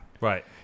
Right